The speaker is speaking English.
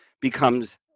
becomes